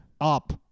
up